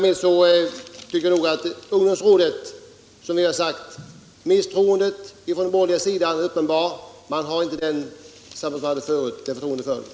Misstroendet mot ungdomsrådet från den borgerliga sidan är uppenbart. Det ges inte det förtroende som det hade förut.